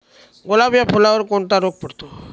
गुलाब या फुलावर कोणता रोग पडतो?